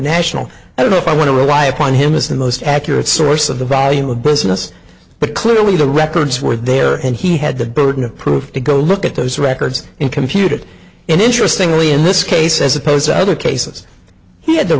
national i don't know if i want to rely upon him as the most accurate source of the value of business but clearly the records were there and he had the burden of proof to go look at those records and computer and interestingly in this case as opposed to other cases he had the